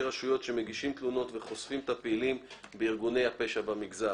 רשויות שמגישים תלונות וחושפים את הפעילים בארגוני הפשע במגזר.